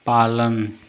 पालन